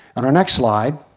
on our next slide.